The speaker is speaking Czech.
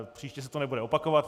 Příště se to nebude opakovat.